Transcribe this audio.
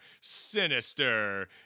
sinister